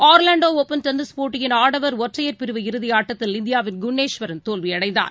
ஒர்வாண்டோஒபன் tennis போட்டியின் ஆடவர் ஒற்றையர் பிரிவு இறுதியாட்டத்தில் இந்தியாவின் குண்ணேஸ்வரன் தோல்வியடைந்தார்